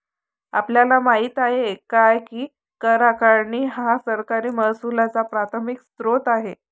आपल्याला माहित आहे काय की कर आकारणी हा सरकारी महसुलाचा प्राथमिक स्त्रोत आहे